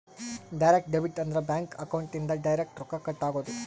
direct debit ಅಂದ್ರ bank account ಇಂದ direct ರೊಕ್ಕ ಕಟ್ ಆಗೋದು